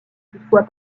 toutefois